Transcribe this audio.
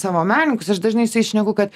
savo menininkus aš dažnai su jais šneku kad